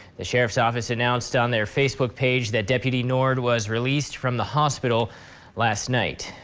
the sheriff's office announced on their facebook page that deputy nord was released from the hospital last night.